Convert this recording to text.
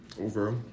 over